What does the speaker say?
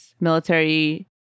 military